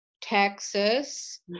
texas